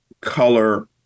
color